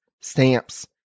stamps